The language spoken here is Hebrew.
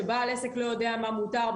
שבעל עסק לא יודע מה מותר,